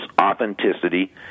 authenticity